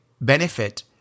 benefit